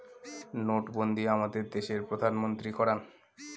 নোটবন্ধী আমাদের দেশের প্রধানমন্ত্রী করান